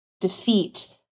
defeat